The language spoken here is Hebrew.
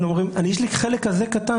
אלא אומרים: יש לי חלק כזה קטן,